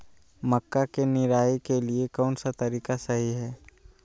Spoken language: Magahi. मक्का के निराई के लिए कौन सा तरीका सही है?